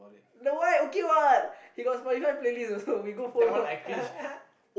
the white okay [what] he got Spotify playlist also we go follow